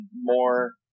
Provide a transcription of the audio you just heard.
more